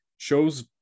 Shows